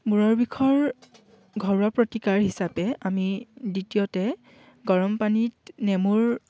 মূৰৰ বিষৰ ঘৰুৱা প্ৰতিকাৰ হিচাপে আমি দ্বিতীয়তে গৰম পানীত নেমুৰ